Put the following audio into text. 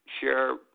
share